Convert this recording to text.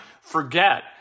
forget